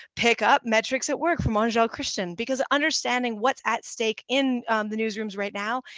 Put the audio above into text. pick up metrics at work from ah angele christian, because understanding what's at stake in the newsrooms right now,